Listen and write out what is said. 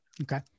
Okay